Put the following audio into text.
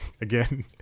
again